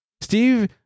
Steve